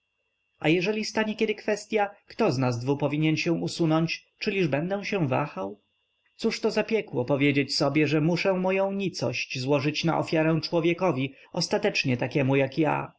a jeżeli stanie kiedy kwestya który z nas dwu powinien się usunąć czyliż będę się wahał cóżto za piekło powiedzieć sobie że muszę moję nicość złożyć na ofiarę człowiekowi ostatecznie takiemu jak ja